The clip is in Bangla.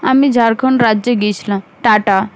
আমি ঝাড়খন্ড রাজ্যে গিয়েছিলাম টাটা